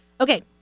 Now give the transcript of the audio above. Okay